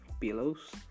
pillows